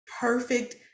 perfect